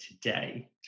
today